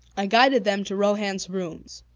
i guided them to rohan's rooms,